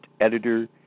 editor